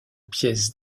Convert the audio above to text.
pièces